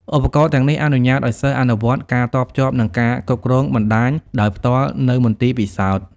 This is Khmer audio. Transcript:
ឧបករណ៍ទាំងនេះអនុញ្ញាតឱ្យសិស្សអនុវត្តការតភ្ជាប់និងការគ្រប់គ្រងបណ្តាញដោយផ្ទាល់នៅមន្ទីរពិសោធន៍។